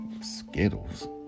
Skittles